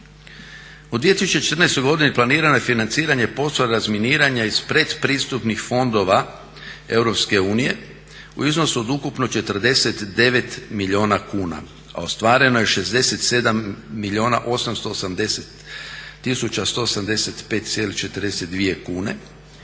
U 2014.godini planirano je financiranje poslova razminiranja iz pretpristupnih fondova EU u iznosu od ukupno 49 milijuna kuna, a ostvareno je 67 milijuna 880 tisuća 185,42 kune